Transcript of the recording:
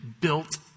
built